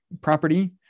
property